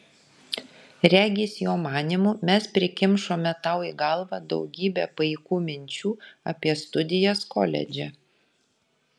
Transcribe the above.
regis jo manymu mes prikimšome tau į galvą daugybę paikų minčių apie studijas koledže